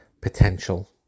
potential